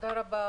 תודה רבה.